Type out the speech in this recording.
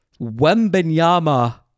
Wembenyama